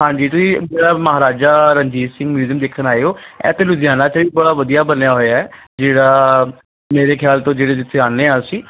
ਹਾਂਜੀ ਤੁਸੀਂ ਜਿਹੜਾ ਮਹਾਰਾਜਾ ਰਣਜੀਤ ਸਿੰਘ ਮਿਊਜ਼ੀਅਮ ਵੇਖਣ ਆਏ ਹੋ ਐ ਅਤੇ ਲੁਧਿਆਣਾ 'ਚ ਵੀ ਬੜਾ ਵਧੀਆ ਬਣਿਆ ਹੋਇਆ ਜਿਹੜਾ ਮੇਰੇ ਖਿਆਲ ਤੋਂ ਜਿਹੜੇ ਜਿੱਥੇ ਆਉਂਦੇ ਹਾਂ ਅਸੀਂ